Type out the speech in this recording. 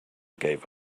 gave